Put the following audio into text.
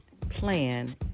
plan